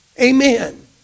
Amen